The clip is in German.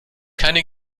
keine